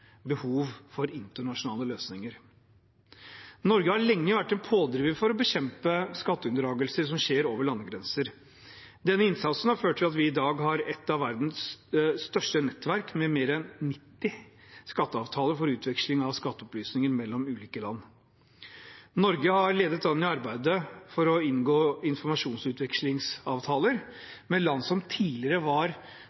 behov for internasjonale løsninger. Norge har lenge vært en pådriver for å bekjempe skatteunndragelser som skjer over landegrenser. Denne innsatsen har ført til at vi i dag har et av verdens største nettverk med mer enn 90 skatteavtaler for utveksling av skatteopplysninger mellom ulike land. Norge har ledet an i arbeidet for å inngå informasjonsutvekslingsavtaler